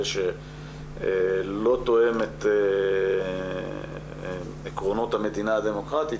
שלא תואם את עקרונות המדינה הדמוקרטית,